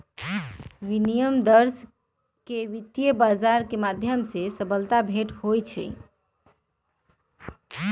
विनिमय दर के वित्त बाजार के माध्यम से सबलता भेंट कइल जाहई